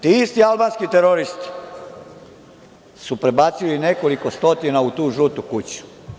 Ti isti albanski teroristi su prebacili nekoliko stotina u tu „žutu kuću“